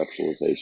conceptualization